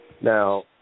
Now